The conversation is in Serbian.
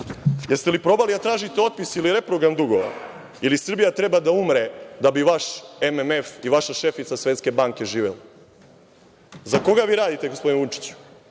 Jeste li probali da tražite otpis ili reprogram dugova ili Srbija treba da umre da bi vaš MMF i vaša šefica Svetske banke živeli.Za koga vi radite gospodine Vučiću?